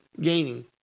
gaining